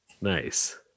Nice